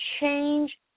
change